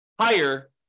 higher